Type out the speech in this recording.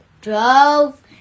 drove